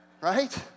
Right